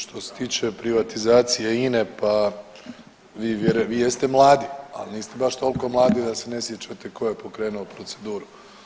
Što se tiče privatizacije INA-e pa vi jeste mladi, ali niste baš toliko mladi da se ne sjećate tko je pokrenuo proceduru.